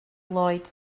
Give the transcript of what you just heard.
lloyd